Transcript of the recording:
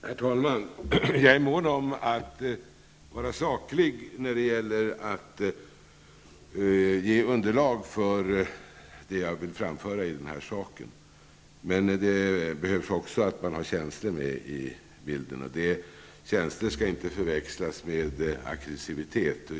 Herr talman! Jag är mån om att vara saklig när det gäller att ge underlag för det jag vill framföra i denna sak. Men känslorna behövs också med i bilden. Känslorna skall inte förväxlas med aggresivitet.